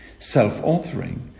Self-authoring